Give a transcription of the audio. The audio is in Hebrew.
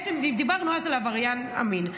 דיברנו אז על עבריין המין.